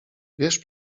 wiesz